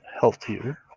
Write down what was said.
healthier